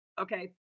Okay